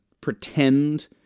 pretend